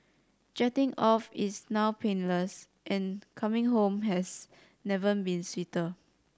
jetting off is now painless and coming home has never been sweeter